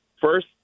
first